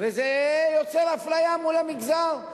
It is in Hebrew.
וזה יוצר אפליה מול המגזר,